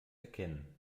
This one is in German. erkennen